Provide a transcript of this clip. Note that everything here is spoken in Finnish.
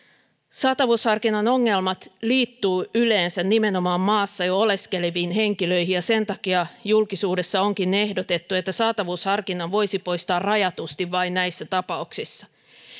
saatavuusharkinnan ongelmat liittyvät yleensä nimenomaan maassa jo oleskeleviin henkilöihin ja sen takia julkisuudessa onkin ehdotettu että saatavuusharkinnan voisi poistaa rajatusti vain näissä tapauksissa